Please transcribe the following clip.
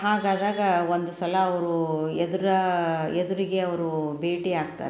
ಹಾಗಾದಾಗ ಒಂದು ಸಲ ಅವ್ರು ಎದ್ರು ಎದುರಿಗೆ ಅವ್ರು ಭೇಟಿಯಾಗ್ತಾರೆ